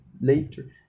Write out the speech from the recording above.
later